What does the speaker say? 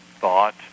thought